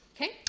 Okay